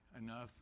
enough